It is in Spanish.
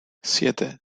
siete